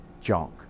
junk